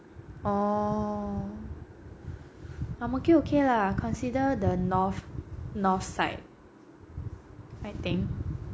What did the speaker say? orh ang mo kio okay lah consider the north north side I think